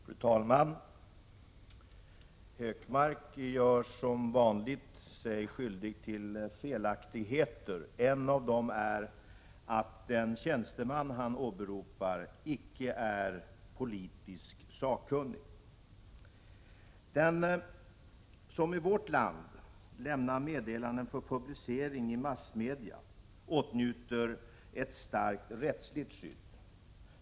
Fru talman! Gunnar Hökmark gör sig som vanligt skyldig till felaktigheter. En av dem är att den tjänsteman som han åberopar inte är politiskt sakkunnig. Den som i vårt land lämnar meddelanden för publicering i massmedia åtnjuter ett starkt rättsligt skydd.